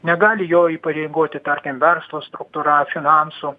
negali jo įpareigoti tarkim verslo struktūra finansų